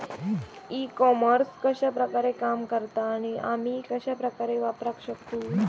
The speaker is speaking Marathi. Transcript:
ई कॉमर्स कश्या प्रकारे काम करता आणि आमी कश्या प्रकारे वापराक शकतू?